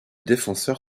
défenseur